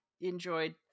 enjoyed